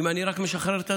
אם אני רק משחרר את,